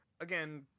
again